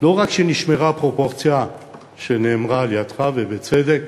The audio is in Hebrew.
לא רק שנשמרה הפרופורציה שנאמרה על-ידיך, ובצדק,